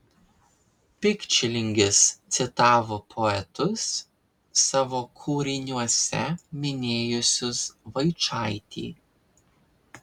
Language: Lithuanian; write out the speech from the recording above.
pikčilingis citavo poetus savo kūriniuose minėjusius vaičaitį